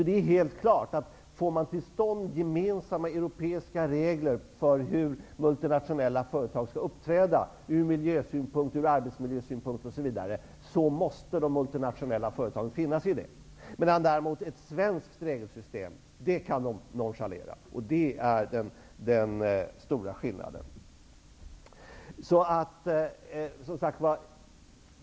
Det är helt klart att om man får till stånd gemensamma europeiska regler för hur multinationella företag skall uppträda ur miljösynpunkt, arbetsmiljösynpunkt osv. så måste de multinationella företagen finna sig i det. Däremot kan ett svenskt regelsystem nonchaleras. Det är den stora skillnaden.